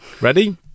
ready